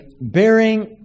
bearing